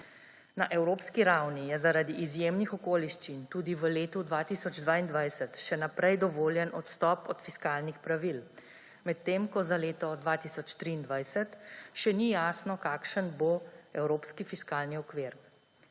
Na evropski ravni je zaradi izjemnih okoliščin tudi v letu 2022 še naprej dovoljen odstop od fiskalnih pravil, medtem ko za leto 2023 še ni jasno, kakšen bo evropski fiskalni okvir.